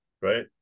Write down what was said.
right